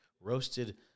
roasted